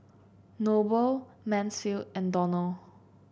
Noble Mansfield and Donnell